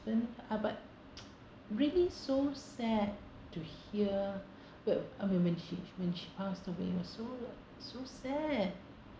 husband ah but really so sad to hear what I mean when she when she passed away it was so so sad